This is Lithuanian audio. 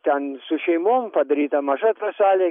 ten su šeimom padaryta maža traselė